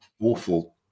awful